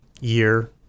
year